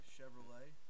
Chevrolet